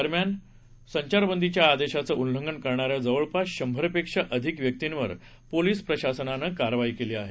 दरम्यान संचारबंदीच्या या आदेशाचे उल्लंघन करणाऱ्या जवळपास शंभरपेक्षा अधिक व्यक्तींवर पोलिस प्रशासनानं कारवाई केली आहे